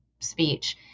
speech